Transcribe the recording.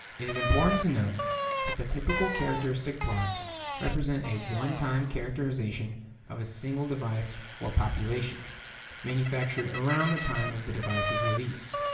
it is important to note that the typical characteristic plots represent a one-time characterization of a single device or population manufactured around the time of the device's release.